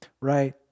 right